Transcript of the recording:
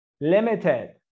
limited